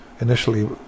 initially